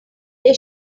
they